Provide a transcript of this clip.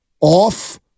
off